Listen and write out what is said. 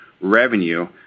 revenue